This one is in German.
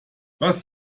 was